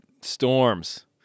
storms